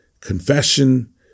confession